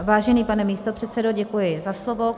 Vážený pane místopředsedo, děkuji za slovo.